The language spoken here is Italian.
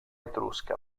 etrusca